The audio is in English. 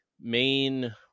main